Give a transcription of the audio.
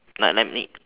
like let me